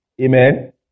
Amen